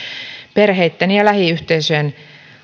perheitten ja lähiyhteisöjen